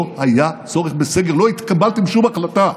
לא היה צורך בסגר, לא קיבלתם שום החלטה,